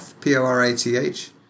P-O-R-A-T-H